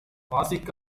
வாசிக்க